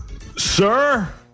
sir